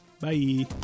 Bye